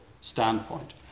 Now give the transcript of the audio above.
standpoint